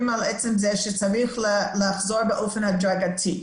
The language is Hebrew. על עצם זה שצריך לחזור באופן הדרגתי.